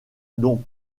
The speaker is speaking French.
dont